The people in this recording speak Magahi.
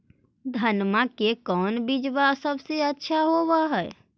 धनमा के कौन बिजबा सबसे अच्छा होव है?